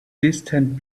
distant